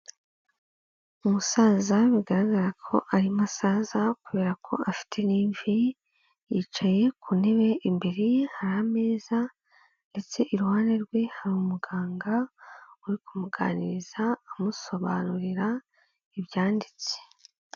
Umusaza bigaragara ko ari umusaza kubera ko afite n'imvi yicaye ku ntebe imbere ye hari ameza ndetse iruhande rwe hari umuganga uri kumuganiriza amusobanurira ibyanditse.